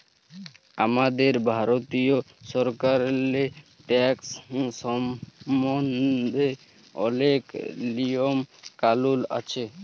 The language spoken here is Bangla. আমাদের ভারতীয় সরকারেল্লে ট্যাকস সম্বল্ধে অলেক লিয়ম কালুল আছে